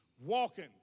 walking